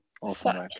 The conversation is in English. Awesome